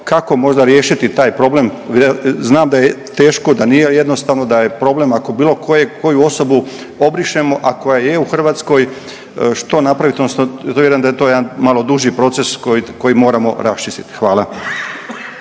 kako možda riješiti taj problem? Znam da je teško da nije jednostavno, da je problem ako bilo koju osobu obrišemo a koja je u Hrvatskoj što napraviti, odnosno da je to jedan malo duži proces koji moramo raščistiti. Hvala.